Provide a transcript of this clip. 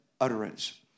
utterance